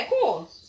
Cool